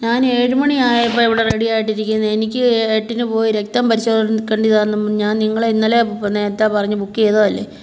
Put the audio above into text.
ഞാൻ ഏഴ് മണിയായപ്പം ഇവിടെ റെഡിയായിട്ട് ഇരിക്കുന്നെയാണ് എനിക്ക് എട്ടിന് പോയി രക്തം പരിശോധിക്കണ്ടിയതാന്ന് ഞാൻ നിങ്ങളെ ഇന്നലെ നേരത്തെ പറഞ്ഞ് ബുക്ക് ചെയ്തതല്ലേ